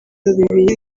bibiri